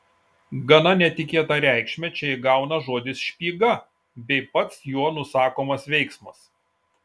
gana netikėtą reikšmę čia įgauna žodis špyga bei pats juo nusakomas veiksmas